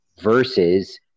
versus